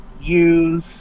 use